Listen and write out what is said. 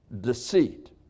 Deceit